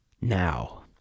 Now